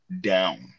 down